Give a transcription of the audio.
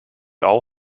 all